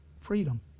freedom